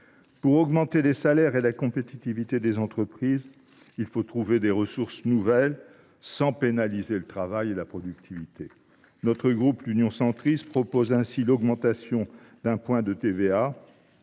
Pour augmenter les salaires et la compétitivité des entreprises, il faut trouver des ressources nouvelles sans pénaliser le travail et la productivité. Le groupe Union Centriste propose ainsi d’augmenter la TVA d’un point, à